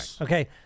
Okay